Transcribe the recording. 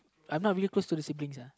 I'm not really close to the siblings uh